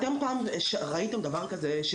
אתם פעם ראיתם דבר כזה,